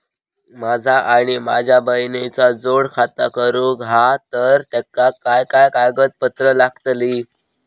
माझा आणि माझ्या बहिणीचा जोड खाता करूचा हा तर तेका काय काय कागदपत्र लागतली?